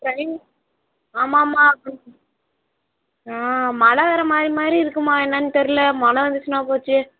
சரி ஆமாமாம் ஆ மழை வர மாதிரி மாதிரி இருக்குமா என்னனு தெரில மழை வந்துச்சுனால் போச்சு